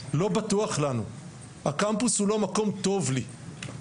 לא בטוח לנו, הקמפוס הוא לא מקום טוב לי.